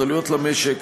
עלויות למשק,